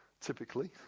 Typically